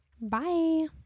Bye